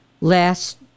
last